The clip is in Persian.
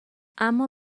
اما